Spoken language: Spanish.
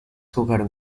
jugaron